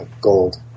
gold